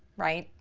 right.